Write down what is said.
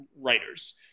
writers